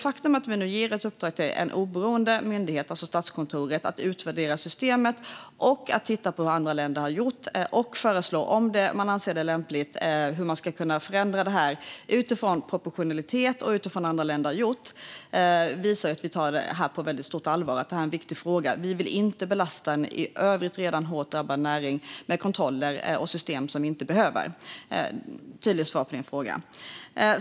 Vi ger nu ett uppdrag till en oberoende myndighet, Statskontoret, att utvärdera systemet och titta på hur andra länder har gjort och föreslå, om man anser det lämpligt, förändringar utifrån proportionalitet och utifrån hur andra länder har gjort. Det visar att vi tar det här på väldigt stort allvar och att det är en viktig fråga. Vi vill inte belasta en i övrigt redan hårt drabbad näring med kontroller och system som vi inte behöver. Det är ett tydligt svar på din fråga.